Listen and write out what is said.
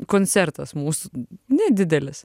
koncertas mūsų nedidelis